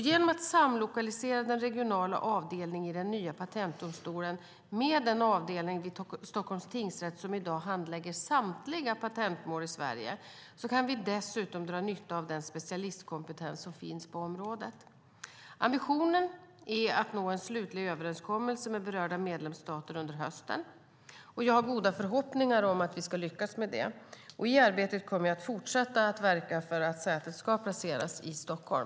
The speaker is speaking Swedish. Genom att samlokalisera den regionala avdelningen i den nya patentdomstolen med den avdelning vid Stockholms tingsrätt som i dag handlägger samtliga patentmål i Sverige kan vi dessutom dra nytta av den specialistkompetens som finns på området. Ambitionen är att nå en slutlig överenskommelse med berörda medlemsstater under hösten, och jag har goda förhoppningar om att vi ska lyckas med det. I arbetet kommer jag att fortsätta att verka för att sätet ska placeras i Stockholm.